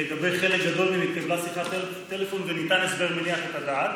לגבי חלק גדול מהם התקבלה שיחת טלפון וניתן הסבר מניח את הדעת.